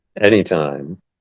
anytime